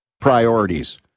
priorities